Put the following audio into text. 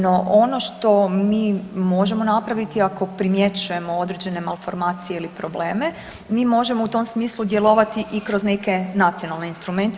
No, ono što mi možemo napraviti ako primjećujemo određene malformacije ili probleme mi možemo u tom smislu djelovati i kroz neke nacionalne instrumente.